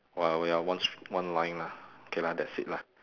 !wah! we are one str~ one line lah okay lah that's it lah